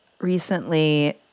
recently